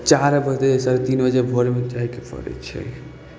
चारि बजेसँ तीन बजे भोरमे जाइके पड़य छै